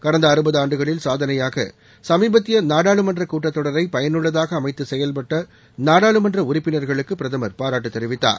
கடந்த அறபது ஆண்டுகளில் சாதனையாக சமீபத்திய நாடாளுமன்ற கூட்டத் தொடரை பயனுள்ளதாக அமைத்து செயல்பட்ட நாடாளுமன்ற உறுப்பினர்களுக்கு பிரதமர் பாராட்டு தெரிவித்தார்